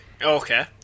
Okay